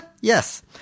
Yes